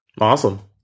Awesome